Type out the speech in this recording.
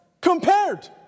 compared